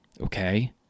Okay